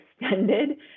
extended